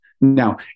Now